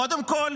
קודם כול,